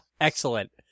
Excellent